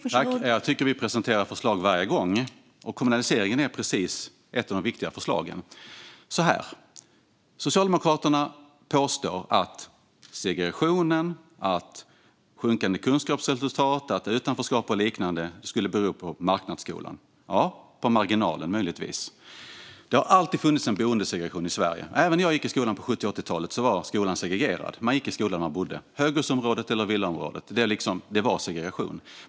Fru talman! Jag tycker att vi presenterar förslag varje gång. Kommunaliseringen är ett av de viktiga förslagen. Socialdemokraterna påstår att segregationen, sjunkande kunskapsresultat, utanförskap och liknande skulle bero på marknadsskolan. Ja, möjligtvis på marginalen. Det har alltid funnits en boendesegregation i Sverige. Även när jag gick i skolan på 70 och 80-talen var skolan segregerad. Man gick i skolan där man bodde. Höghusområdet eller villaområdet - det var segregation.